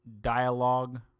dialogue